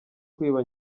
kwiba